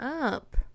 up